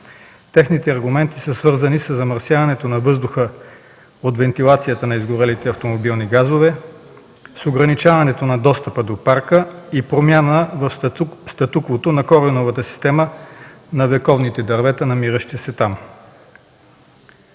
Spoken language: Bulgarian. Техните аргументи са свързани със замърсяването на въздуха от вентилацията на изгорелите автомобилни газове, с ограничаването на достъпа до парка и промяна в статуквото на кореновата система на вековните дървета, намиращи се там.